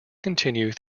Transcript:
continued